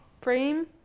frame